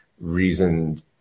reasoned